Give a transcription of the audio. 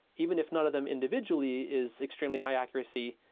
even if none of them individually is extremely high accuracy,